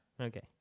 Okay